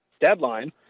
deadline